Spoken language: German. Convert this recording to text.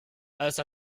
also